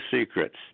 secrets